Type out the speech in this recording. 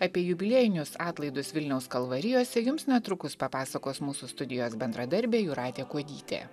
apie jubiliejinius atlaidus vilniaus kalvarijose jums netrukus papasakos mūsų studijos bendradarbė jūratė kuodytė